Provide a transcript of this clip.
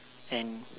then